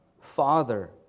Father